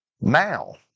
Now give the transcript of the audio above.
now